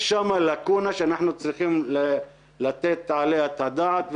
יש שם לקונה שאנחנו צריכים לתת עליה את הדעת.